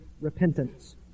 repentance